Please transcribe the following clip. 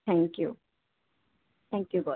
thank you thank you ਬਹੁਤ